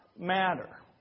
Matter